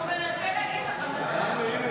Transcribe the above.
הוא מנסה להגיד לך.